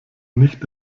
nicht